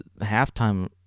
halftime